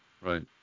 Right